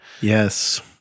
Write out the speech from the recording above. yes